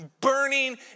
burning